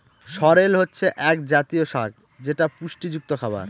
সরেল হচ্ছে এক জাতীয় শাক যেটা পুষ্টিযুক্ত খাবার